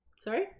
sorry